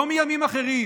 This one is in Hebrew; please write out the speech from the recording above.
לא מימים אחרים,